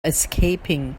escaping